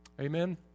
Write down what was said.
Amen